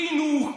חינוך,